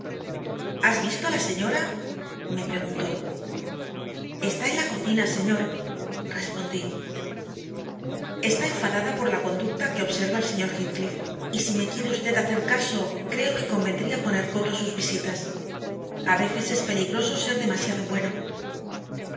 has visto a la señora me preguntó está en la cocina señor respondí está enfadada por la conducta que observa el señor heathcliff y si me quiere usted hacer caso creo que convendría poner coto a sus visitas a veces es peligroso ser demasiado bueno